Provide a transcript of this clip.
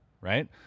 right